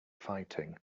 fighting